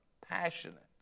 Passionate